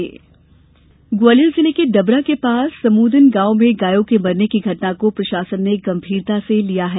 गाय मृत्यु जांच ग्वालियर जिले के डबरा के पास समूदन गांव में गायों के मरने की घटना को प्रशासन ने गंभीरता से लिया है